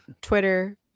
twitter